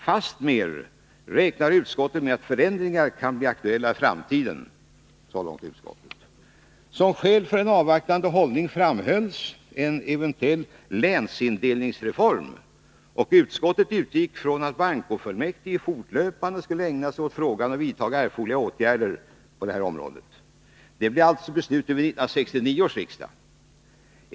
Fastmer räknar utskottet med att förändringar kan bli aktuella i framtiden.” Som skäl för en avvaktande hållning framhölls en eventuell länsindelningsreform. Utskottet utgick från att bankofullmäktige fortlöpande skulle ägna sig åt frågan och vidta erforderliga åtgärder på detta område. Detta blev också beslutat vid 1969 års riksdag.